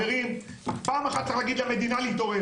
חברים, פעם אחת צריך להגיד למדינה להתעורר.